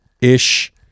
ish